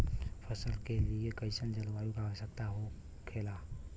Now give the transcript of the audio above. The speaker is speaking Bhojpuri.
फसल के लिए कईसन जलवायु का आवश्यकता हो खेला?